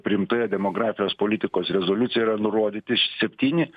priimtoje demografijos politikos rezoliucijoj yra nurodyti septyni